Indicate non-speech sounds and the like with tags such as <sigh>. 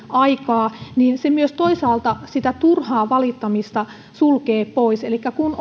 <unintelligible> aikaa niin se myös toisaalta sitä turhaa valittamista sulkee pois elikkä kun <unintelligible>